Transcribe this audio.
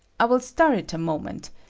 i will stir it a moment,